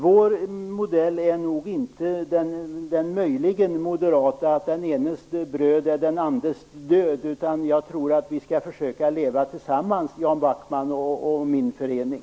Vår modell är nog inte den som möjligen är moderaternas: Den enes bröd, den andres död. Jag tror att Jan Backmans förening och min förening skall försöka leva tillsammans.